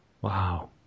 Wow